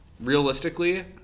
realistically